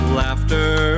laughter